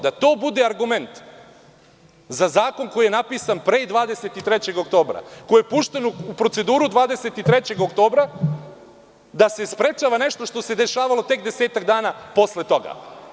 Da to bude argument za zakon koji je napisan pre 23. oktobra, koji je pušten u proceduru 23. oktobra, da se sprečava nešto što se dešavalo tek desetak dana posle toga.